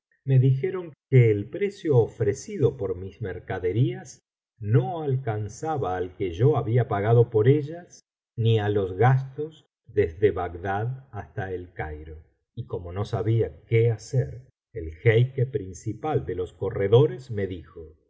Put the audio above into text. me dijeron que el precio ofrecido por mis mercaderías no alcanzaba al que yo había pagado por ellas ni á los gastos desde bagdad hasta el cairo y como no sabía qué hacer el jeique principal de los corredores me dijo yo